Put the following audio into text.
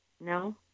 No